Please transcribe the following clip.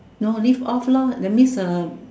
no live off lor that means uh